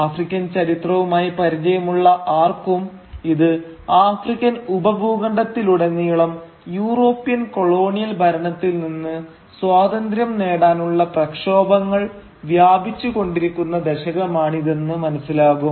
African ചരിത്രവുമായി പരിചയമുള്ള ആർക്കും ഇത് ആഫ്രിക്കൻ ഉപഭൂഖണ്ഡത്തിലുടെനീളം യൂറോപ്യൻ കൊളോണിയൽ ഭരണത്തിൽ നിന്ന് സ്വാതന്ത്ര്യം നേടാനുള്ള പ്രക്ഷോഭങ്ങൾ വ്യാപിച്ചുകൊണ്ടിരിക്കുന്ന ദശകമാണിതെന്ന് മനസ്സിലാകും